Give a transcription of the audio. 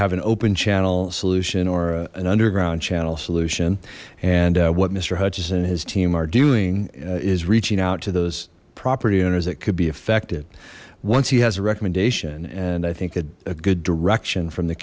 have an open channel solution or an underground channel solution and what mister hutchison his team are doing is reaching out to those property owners that could be affected once he has a recommendation and i think a good direction from the